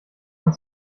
man